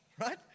right